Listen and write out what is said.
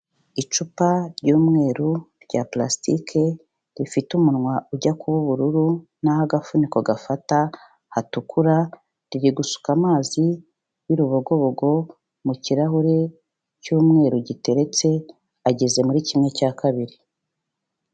Icupa ry'umweru rya plastike rifite umunwa ujya kuba ubururu naho agafuniko gafata hatukura, riri gusuka amazi y'urubogobogo mu kirahure cy'umweru giteretse ageze muri kimwe cya kabiri.